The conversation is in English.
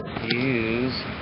use